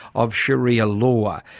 of sharia law.